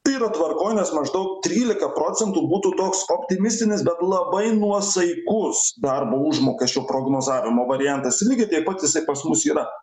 yra tvarkoj nes maždaug trylika procentų būtų toks optimistinis bet labai nuosaikus darbo užmokesčio prognozavimo variantas ir lygiai taip pat jisai pas mus yra